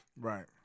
Right